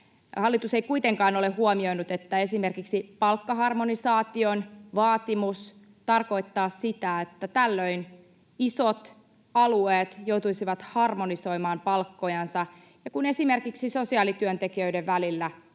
Hallitus ei kuitenkaan ole huomioinut, että esimerkiksi palkkaharmonisaation vaatimus tarkoittaa sitä, että tällöin isot alueet joutuisivat harmonisoimaan palkkojansa, ja kun esimerkiksi sosiaalityöntekijöiden välillä